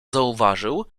zauważył